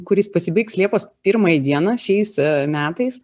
kuris pasibaigs liepos pirmai dieną šiais metais